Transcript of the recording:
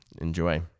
Enjoy